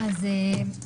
שלום לכולם,